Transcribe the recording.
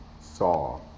saw